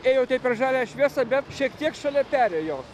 ėjote per žalią šviesą bet šiek tiek šalia perėjos